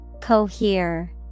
Cohere